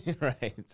right